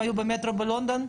הם היו במטרו בלונדון,